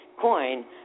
coin